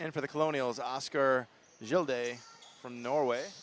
and for the colonials oscar day from norway